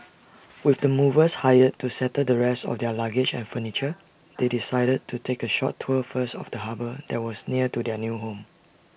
with the movers hired to settle the rest of their luggage and furniture they decided to take A short tour first of the harbour that was near to their new home